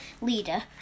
leader